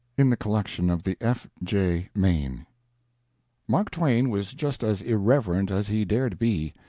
in the collection of the f. j. meine mark twain was just as irreverent as he dared be,